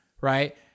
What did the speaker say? right